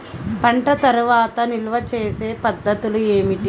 పంట తర్వాత నిల్వ చేసే పద్ధతులు ఏమిటి?